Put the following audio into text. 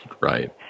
right